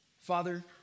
Father